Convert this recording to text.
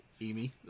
Amy